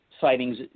sightings